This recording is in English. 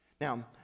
Now